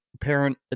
parent